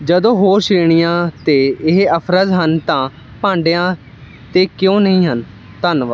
ਜਦੋਂ ਹੋਰ ਸ਼੍ਰੇਣੀਆਂ 'ਤੇ ਇਹ ਆਫ਼ਰਜ਼ ਹਨ ਤਾਂ ਭਾਂਡਿਆਂ 'ਤੇ ਕਿਉਂ ਨਹੀਂ ਹਨ ਧੰਨਵਾਦ